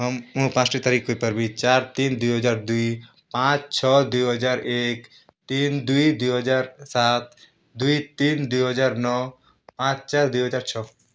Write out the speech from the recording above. ହଁ ମୁଁ ପାଞ୍ଚ୍ଟା ତାରିଖ୍ କହିପାର୍ବି ଚାଏର୍ ତିନ୍ ଦୁଇହଜାର୍ ଦୁଇ ପାଞ୍ଚ୍ ଛଅ ଦୁଇହଜାର୍ ଏକ୍ ତିନ୍ ଦୁଇ ଦୁଇହଜାର୍ ସାତ୍ ଦୁଇ ତିନ୍ ଦୁଇହଜାର୍ ନଅ ପାଞ୍ଚ୍ ଚାର୍ ଦୁଇହଜାର୍ ଛଅ